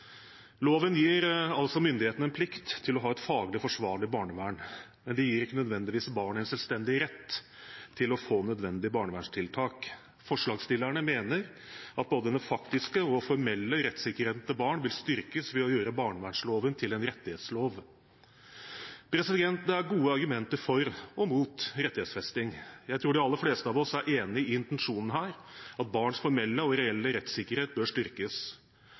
Loven gir myndighetene en plikt til å ha et faglig forsvarlig barnevern. Det gir ikke nødvendigvis barnet en selvstendig rett til å få nødvendige barnevernstiltak. Forslagsstillerne mener at både den faktiske og formelle rettssikkerheten til barn vil styrkes ved å gjøre barnevernloven til en rettighetslov. Det er gode argumenter for og mot rettighetsfesting. Jeg tror de aller fleste av oss er enig i intensjonen her: at barns formelle og reelle rettssikkerhet bør styrkes.